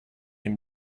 him